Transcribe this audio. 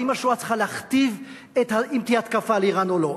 האם השואה צריכה להכתיב אם תהיה התקפה על אירן או לא?